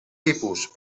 tipus